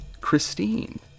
Christine